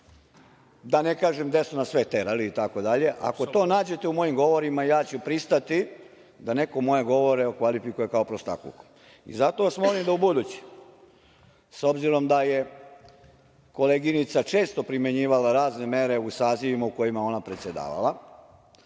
da ne kažem gde su nas sve terali itd. Ako to nađete u mojim govorima, ja ću pristati da neko moje govore okvalifikuje kao prostakluk. Zato vas molim da ubuduće, s obzirom da je koleginica često primenjivala razne mere u sazivima u kojima je ona predsedavala,